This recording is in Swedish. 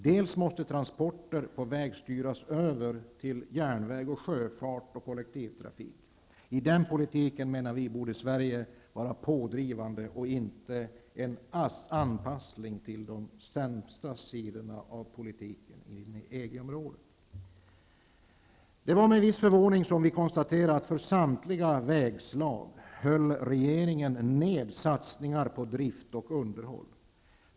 Dels måste transporter på väg styras över till järnväg, sjöfart och kollektivtrafik. I den politiken borde Sverige vara pådrivande och inte en anpassning till de sämsta sidorna av politiken inom EG-området. Det var med viss förvåning som vi konstaterade att för samtliga vägslag höll regeringen ned satsningar på drift och underhåll.